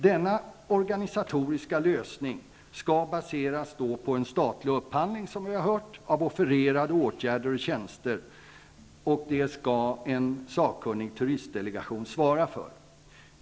Denna organisatoriska lösning skall baseras på en statlig upphandling, som vi har hört, av offererade åtgärder och tjänster. Det skall en sakkunnig turistdelegation svara för.